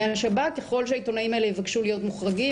השב"כ ככל שהעיתונאים האלה יבקשו להיות מוחרגים,